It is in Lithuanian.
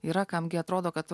yra kam gi atrodo kad